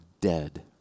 dead